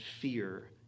fear